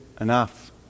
enough